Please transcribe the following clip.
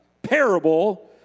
parable